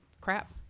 crap